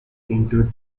into